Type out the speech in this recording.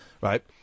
right